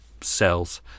cells